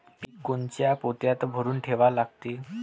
पीक कोनच्या पोत्यात भरून ठेवा लागते?